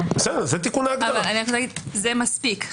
זה מספיק.